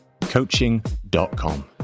coaching.com